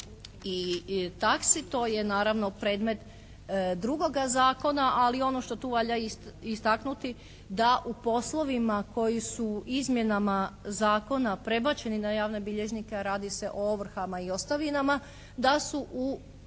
i taksi to je naravno predmet drugoga zakona, ali ono što valja istaknuti da u poslovima koji su izmjenama zakona prebačeni na javne bilježnike, a radi se o ovrhama i ostavinama da su u svemu